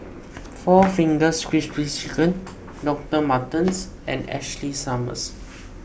four Fingers Crispy Chicken Doctor Martens and Ashley Summers